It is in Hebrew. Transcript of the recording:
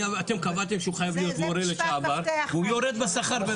אתם קבעתם שהוא חייב להיות מורה לשעבר והוא יורד בשכר.